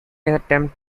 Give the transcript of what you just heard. attempt